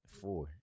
Four